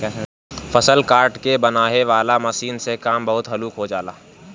फसल काट के बांनेह वाला मशीन से काम बहुत हल्लुक हो जाला